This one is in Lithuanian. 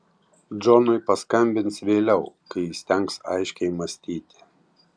džonui paskambins vėliau kai įstengs aiškiai mąstyti